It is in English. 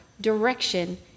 direction